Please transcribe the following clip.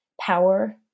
power